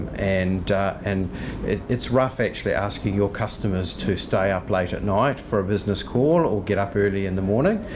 and and it's rough actually asking your customers to stay up late at night for a business call or get up early in the morning.